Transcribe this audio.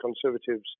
Conservatives